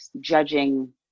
judging